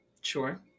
Sure